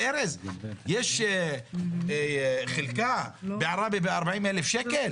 ארז, יש חלקה בעראבה ב-40,000 שקל?